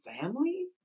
family